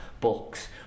books